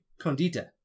condita